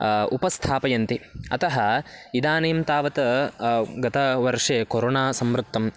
उपस्थापयन्ति अतः इदानीं तावत् गतवर्षे कोरोना सम्मृद्धं